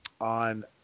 on